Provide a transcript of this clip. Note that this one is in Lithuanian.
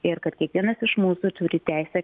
ir kad kiekvienas iš mūsų turi teisę